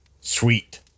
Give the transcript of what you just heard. sweet